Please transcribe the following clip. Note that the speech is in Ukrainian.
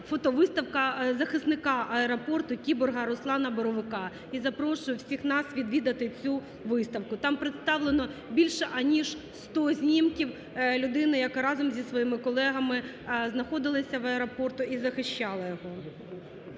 фотовиставка захисника аеропорту кіборга Руслана Боровика. І запрошую всіх нас відвідати цю виставку. Там представлено більше, аніж 100 знімків людини, яка разом зі своїми колегами знаходилися в аеропорту і захищали його.